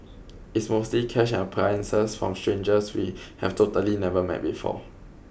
it's mostly cash and appliances from strangers we have totally never met before